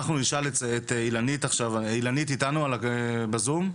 נפנה לאילנית, שאיתנו בזום.